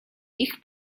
ich